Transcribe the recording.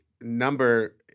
number